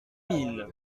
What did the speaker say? mille